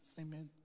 amen